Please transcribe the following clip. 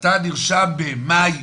אתה נרשם במאי,